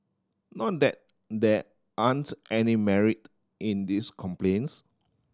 not that there aren't any merit in these complaints